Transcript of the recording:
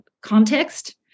context